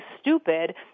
stupid